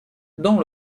dans